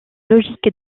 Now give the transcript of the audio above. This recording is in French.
logique